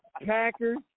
Packers